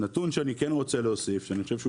הנתון שאני כן רוצה להוסיף שאני חושב שהוא